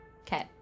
Okay